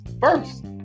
first